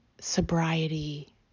sobriety